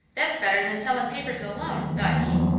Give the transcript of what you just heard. that's better than sellin' papers alone, thought he.